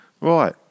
Right